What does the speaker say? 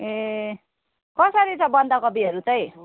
ए कसरी छ बन्दकोपीहरू चाहिँ